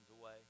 away